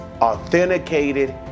authenticated